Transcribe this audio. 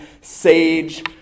sage